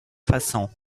façons